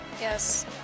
Yes